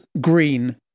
green